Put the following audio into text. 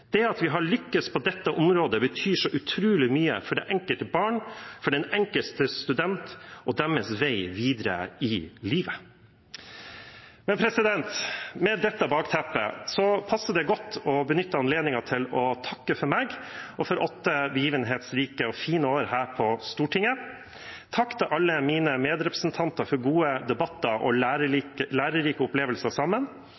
det ukjente. Det at vi har lyktes på dette området, betyr så utrolig mye for det enkelte barn og for den enkelte student og deres vei videre i livet. Med dette bakteppet passer det godt å benytte anledningen til å takke for meg og for åtte begivenhetsrike og fine år her på Stortinget. Takk til alle mine medrepresentanter for gode debatter og